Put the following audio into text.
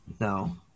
No